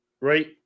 right